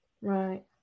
right